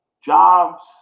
jobs